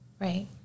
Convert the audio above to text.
Right